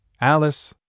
Alice